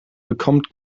bekommt